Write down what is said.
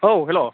औ हेल'